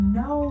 no